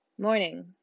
Morning